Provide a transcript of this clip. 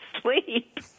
sleep